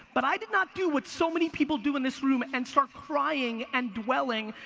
but i did not do what so many people do in this room, and start crying, and dwelling,